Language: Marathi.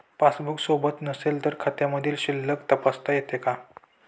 पासबूक सोबत नसेल तर खात्यामधील शिल्लक तपासता येते का?